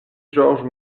georges